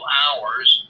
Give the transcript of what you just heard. hours